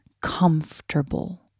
comfortable